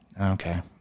Okay